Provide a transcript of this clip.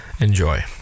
Enjoy